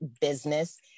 business